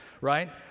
right